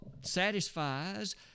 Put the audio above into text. satisfies